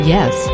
Yes